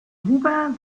huber